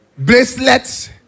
Bracelets